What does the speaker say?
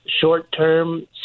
short-term